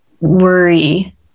worry